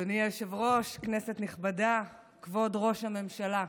אדוני היושב-ראש, כנסת נכבדה, כבוד ראש הממשלה,